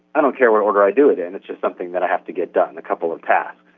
i don't care what order i do it in, it's just something that i have to get done, a couple of tasks.